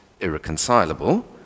irreconcilable